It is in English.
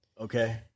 Okay